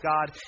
God